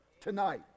tonight